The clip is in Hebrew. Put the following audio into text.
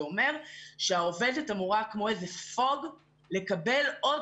זה אומר שהעובדת אמורה כמו איזה ספוג לקבל עוד